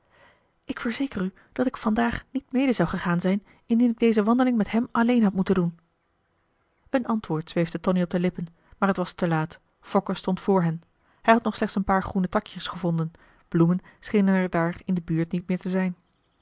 ik verzeker u dat ik van daag niet mede zou gegaan zijn indien ik deze wandeling met hem alleen had moeten doen een antwoord zweefde tonie op de lippen maar het was te laat fokke stond voor hen hij had nog slechts een paar groene takjes gevonden bloemen schenen er daar in de buurt niet meer te zijn